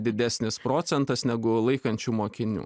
didesnis procentas negu laikančių mokinių